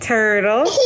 Turtle